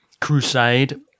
crusade